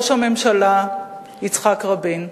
ראש הממשלה, יצחק רבין.